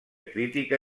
crítica